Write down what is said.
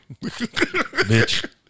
Bitch